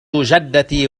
جدتي